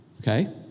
Okay